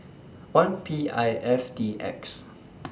one P I F D X